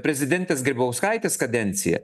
prezidentės grybauskaitės kadenciją